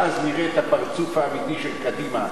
ואז נראה את הפרצוף האמיתי של קדימה,